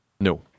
No